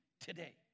today